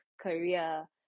career